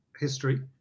history